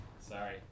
Sorry